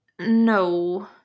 No